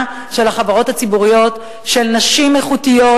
של החברות הציבוריות של נשים איכותיות,